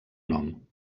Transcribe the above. nom